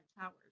towers